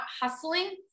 hustling